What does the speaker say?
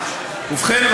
ובכן,